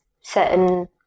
certain